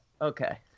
Okay